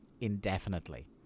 indefinitely